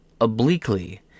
obliquely